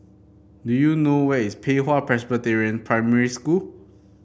do you know where is Pei Hwa Presbyterian Primary School